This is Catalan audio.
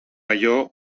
allò